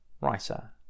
writer